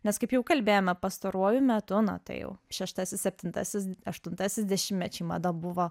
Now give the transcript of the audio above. nes kaip jau kalbėjome pastaruoju metu na tai jau šeštasis septintasis aštuntasis dešimtmečiai mada buvo